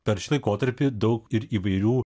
per šį laikotarpį daug ir įvairių